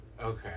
okay